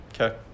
okay